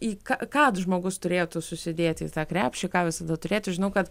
į ką ką žmogus turėtų susidėti į tą krepšį ką visada turėti žinau kad